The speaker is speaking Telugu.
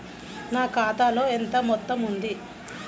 నా ఖాతాలో ఎంత మొత్తం ఉంది?